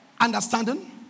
understanding